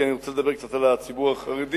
כי אני רוצה לדבר קצת על הציבור החרדי,